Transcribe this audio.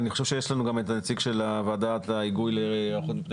אני חושב שיש לנו גם את הנציג של ועדת ההיגוי להיערכות בפני